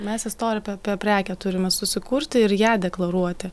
mes istoriją pa apie prekę turime susikurti ir ją deklaruoti